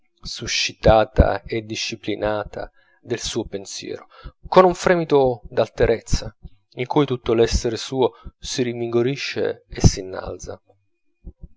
suscitata e disciplinata dal suo pensiero con un fremito d'alterezza in cui tutto l'essere suo si rinvigorisce e s'innalza